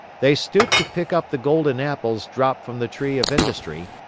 they stoop to pick up the golden apples dropped from the tree of industry,